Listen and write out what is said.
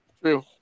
True